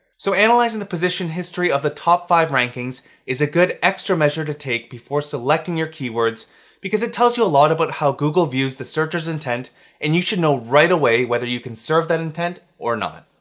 so analyzing the position history of the top five rankings is a good extra measure to take before selecting your keywords because it tells you a lot about how google views the searcher's intent and you should know right away, whether you can serve that intent or not.